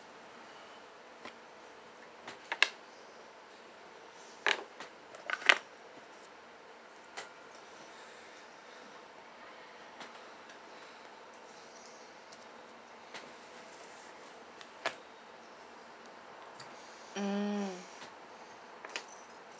mm